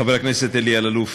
חבר הכנסת אלי אלאלוף,